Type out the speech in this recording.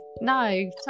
no